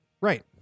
Right